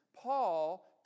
Paul